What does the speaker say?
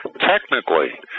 Technically